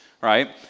right